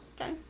okay